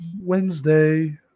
wednesday